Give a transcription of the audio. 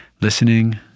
listening